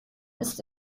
ist